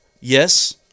yes